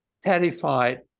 terrified